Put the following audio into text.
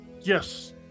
Yes